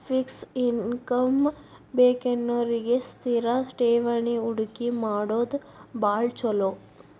fix income ಬೇಕನ್ನೋರಿಗಿ ಸ್ಥಿರ ಠೇವಣಿ ಹೂಡಕಿ ಮಾಡೋದ್ ಭಾಳ್ ಚೊಲೋ